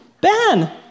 Ben